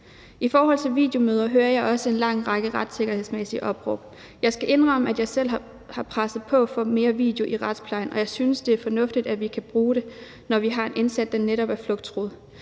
I forhold til videomøder hører jeg også en lang række retssikkerhedsmæssige opråb. Jeg skal indrømme, at jeg selv har presset på for mere video i retsplejen, og jeg synes, det er fornuftigt, at vi kan bruge det, når vi har en indsat, der netop er flugttruet.